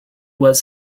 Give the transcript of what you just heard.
was